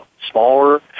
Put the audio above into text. smaller